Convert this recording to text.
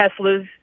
Teslas